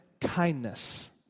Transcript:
kindness